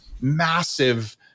massive